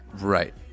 Right